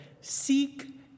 seek